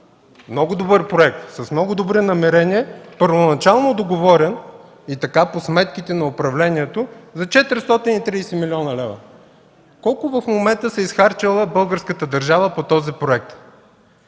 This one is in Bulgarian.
Много добър проект, с много добри намерения, първоначално договорен, по сметките на управлението, за 430 млн. лв.! До момента колко е изхарчила българската държава по този проект?